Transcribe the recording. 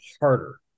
harder